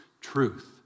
truth